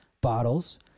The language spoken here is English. bottles